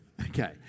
Okay